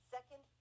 Second